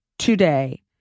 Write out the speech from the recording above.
today